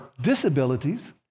disabilities